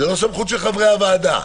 זה לא סמכות של חברי הוועדה.